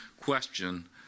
question